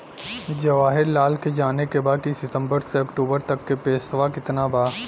जवाहिर लाल के जाने के बा की सितंबर से अक्टूबर तक के पेसवा कितना बा?